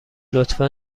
لطفا